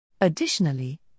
Additionally